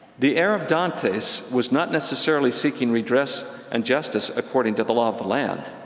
the error of dantes was not necessarily seeking redress and justice according to the law of the land,